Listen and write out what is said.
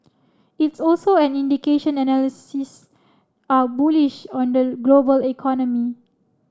it's also an indication analysts are bullish on the global economy